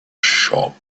shop